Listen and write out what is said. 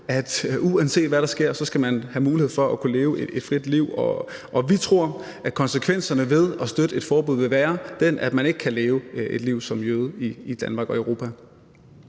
man, uanset hvad der sker, skal have mulighed for at kunne leve et frit liv, og vi tror, at konsekvenserne ved at støtte et forbud vil være, at man ikke kan leve et liv som jøde i Danmark og Europa.